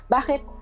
Bakit